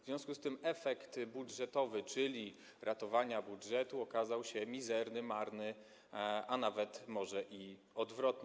W związku z tym efekt budżetowy, czyli ratowanie budżetu, okazał się mizerny, marny, a nawet może odwrotny.